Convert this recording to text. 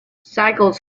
cycles